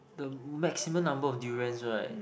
the maximum number of durians right